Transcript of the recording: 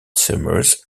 summers